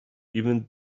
even